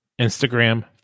Instagram